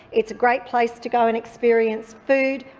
it's a great place to go and experience food,